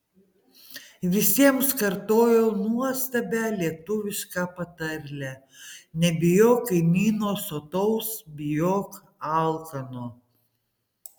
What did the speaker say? visiems kartojau nuostabią lietuvišką patarlę nebijok kaimyno sotaus bijok alkano